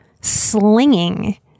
slinging